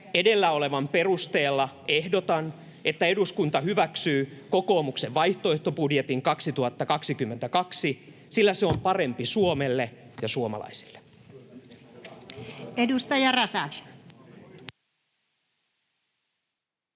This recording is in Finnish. edellä olevan perusteella ehdotan, että eduskunta hyväksyy kokoomuksen vaihtoehtobudjetin 2022, sillä se on parempi Suomelle ja suomalaisille. [Speech